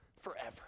forever